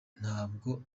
ntabwo